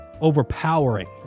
overpowering